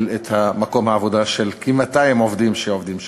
את מקום העבודה של כ-200 עובדים שעובדים שם.